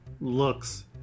looks